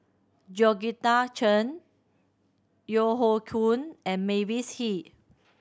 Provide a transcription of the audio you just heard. Georgette Chen Yeo Hoe Koon and Mavis Hee